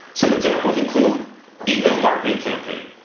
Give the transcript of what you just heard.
some examples include email marketing campaign.